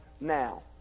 now